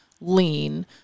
lean